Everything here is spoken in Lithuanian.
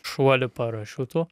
šuolį parašiutu